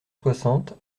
soixante